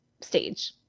stage